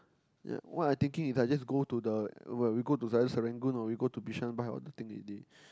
yea what I thinking is I just go to the where we go to either Serangoon or we go to Bishan buy all the thing already